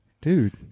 Dude